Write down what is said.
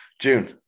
June